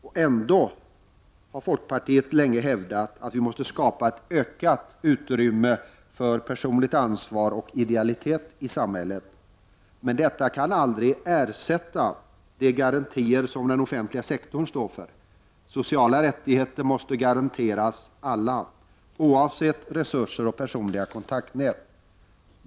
Vi i folkpartiet har länge hävdat att det måste skapas ett ökat utrymme för personligt ansvar och idealitet i samhället. Men detta kan aldrig ersätta de garantier som den offentliga sektorn står för. Sociala rättigheter måste garanteras alla — oavsett resurser och personliga kontaktnät.